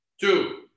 Two